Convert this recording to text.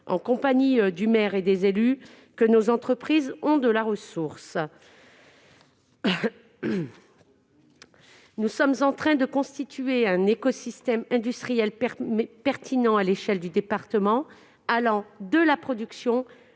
en compagnie du maire et des élus, que j'ai constaté que nos entreprises avaient de la ressource : nous sommes en train de constituer un écosystème industriel pertinent à l'échelle du département, allant de la production